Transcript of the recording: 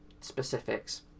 specifics